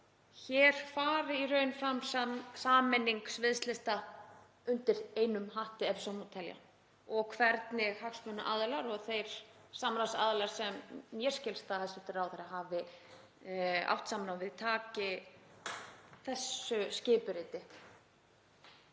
hér fari í raun fram sameining sviðslista undir einum hatti, ef svo má telja, og hvernig hagsmunaaðilar og þeir samráðsaðilar sem mér skilst að hæstv. ráðherra hafi átt samráð við taki þessu skipuriti.